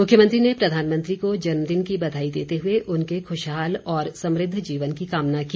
मुख्यमंत्री ने प्रधानमंत्री को जन्मदिन की बधाई देते हुए उनके खुशहाल और समृद्ध जीवन की कामना की